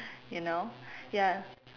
you know ya